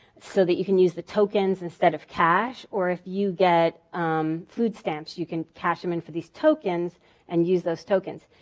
so that you can use the tokens instead of cash. or if you get food stamps, you can cash them in for these tokens and use these tokens.